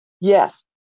Yes